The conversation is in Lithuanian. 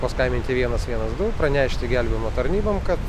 paskambinti vienas vienas du pranešti gelbėjimo tarnybom kad